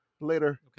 later